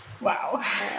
Wow